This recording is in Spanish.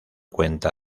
cuenta